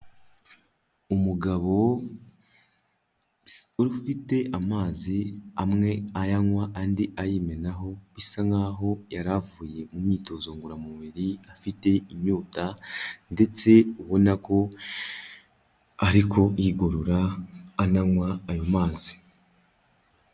Umugabo ufite amazi amwe ayanywa, andi ayimenaho, bisa nkaho yara avuyeye mu myitozo ngororamubiri afite inyota ndetse ubona ko ariko yigorora, anywa ayo mazi.